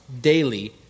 daily